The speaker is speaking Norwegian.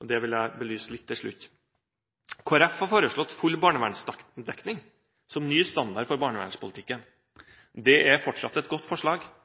og det vil jeg belyse litt til slutt. Kristelig Folkeparti har foreslått full barnevernsdekning som ny standard for barnevernspolitikken. Det er fortsatt et godt forslag.